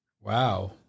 Wow